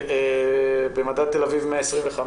במדד תל אביב 125,